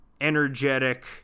energetic